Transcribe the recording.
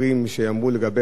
שייאמרו לגבי העתיד,